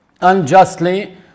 unjustly